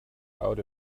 out